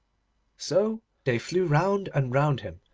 so they flew round and round him,